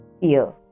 fear